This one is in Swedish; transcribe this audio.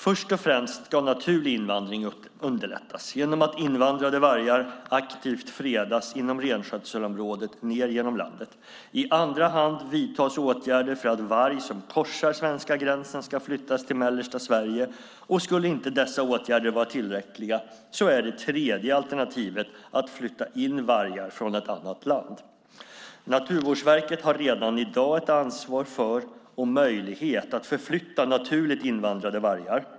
Först och främst ska naturlig invandring underlättas genom att invandrade vargar aktivt fredas inom renskötselområdet ned genom landet. I andra hand vidtas åtgärder för att varg som korsar svenska gränsen ska flyttas till mellersta Sverige. Skulle inte dessa åtgärder vara tillräckliga så är det tredje alternativet att flytta in vargar från ett annat land. Naturvårdsverket har redan i dag ett ansvar för och möjlighet att förflytta naturligt invandrade vargar.